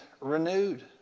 renewed